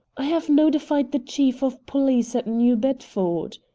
i have notified the chief of police at new bedford,